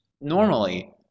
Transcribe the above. Normally